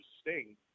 Sting